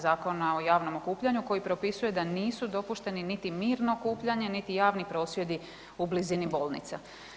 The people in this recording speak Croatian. Zakona o javnom okupljanju koji propisuje da nisu dopušteni niti mirno okupljanje niti javni prosvjedi u blizini bolnica.